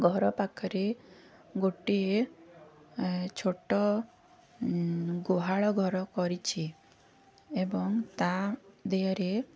ଘର ପାଖରେ ଗୋଟିଏ ଛୋଟ ଗୁହାଳ ଘର କରିଛି ଏବଂ ତା ଦେହରେ